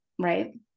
Right